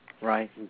Right